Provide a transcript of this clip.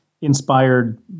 inspired